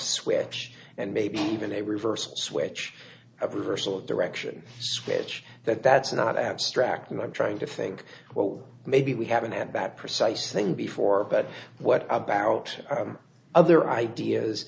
switch and maybe even a reverse switch of reversal of direction switch that that's not abstract and i'm trying to think well maybe we haven't had that precise thing before but what about other ideas